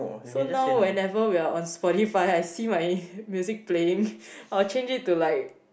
so now whenever we are on Spotify I see my music playing I'll change it to like